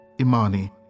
Imani